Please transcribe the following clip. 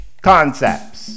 concepts